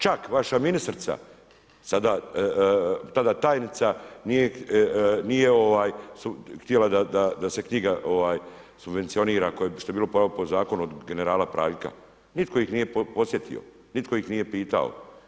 Čak vaša ministrica, tada tajnica nije htjela da se knjiga subvencionira što je bilo pravo po zakonu od generala Praljka, nitko ih nije posjetio, nitko ih nije pitao.